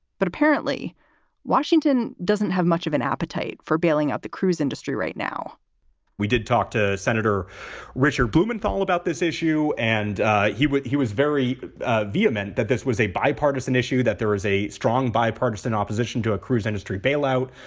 but apparently washington doesn't have much of an appetite for bailing out the cruise industry right now we did talk to senator richard blumenthal about this issue. and he he was very vehement that this was a bipartisan issue, that there was a strong bipartisan opposition to a cruise industry bailout.